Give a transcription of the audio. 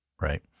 right